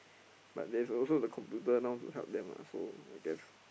but there's also the computer now to help them ah so I guess